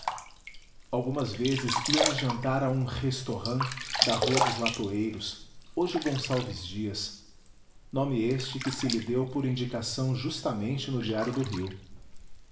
algumas vezes íamos jantar a um restaurant da rua dos latoeiros hoje gonçalves dias nome este que se lhe deu por indicação justamente no diário do rio